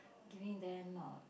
giving them uh